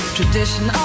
tradition